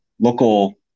local